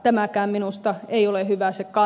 tämäkään minusta ei ole hyvä